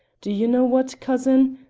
do you know what, cousin?